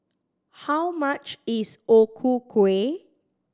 how much is O Ku Kueh